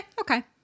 okay